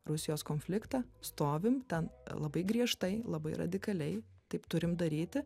rusijos konfliktą stovim ten labai griežtai labai radikaliai taip turim daryti